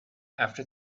after